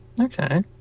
Okay